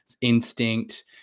instinct